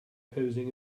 posing